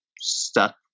stuck